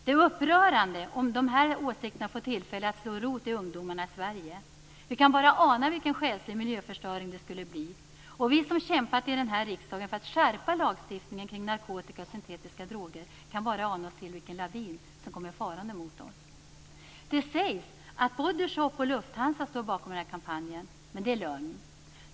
Det är upprörande om dessa åsikter får tillfälle att slå rot hos ungdomarna i Sverige. Vi kan bara ana vilken själslig miljöförstöring det skulle bli. Vi som har kämpat i den här riksdagen för att skärpa lagstiftningen kring narkotika och syntetiska droger kan bara ana oss till vilken lavin som kommer farande mot oss. Det sägs att Body Shop och Lufthansa står bakom den här kampanjen, men det är lögn.